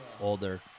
older